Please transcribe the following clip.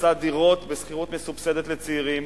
רוצה דירות בשכירות מסובסדת לצעירים,